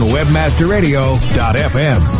WebmasterRadio.fm